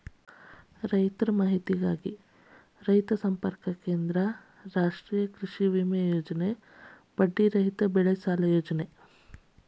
ರೈತರ ಮಾಹಿತಿಗಾಗಿ ರೈತ ಸಂಪರ್ಕ ಕೇಂದ್ರ, ರಾಷ್ಟ್ರೇಯ ಕೃಷಿವಿಮೆ ಯೋಜನೆ, ಬಡ್ಡಿ ರಹಿತ ಬೆಳೆಸಾಲ ಯೋಜನೆ